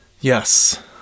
Yes